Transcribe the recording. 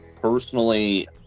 personally